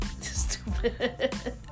Stupid